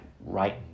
right